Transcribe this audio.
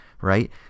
right